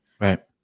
Right